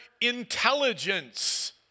intelligence